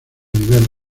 nivel